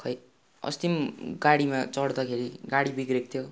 खै अस्ति पनि गाडीमा चढ्दाखेरि गाडी बिग्रएको थियो